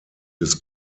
des